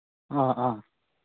ꯑ ꯑ